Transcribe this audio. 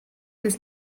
his